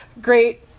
great